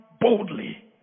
boldly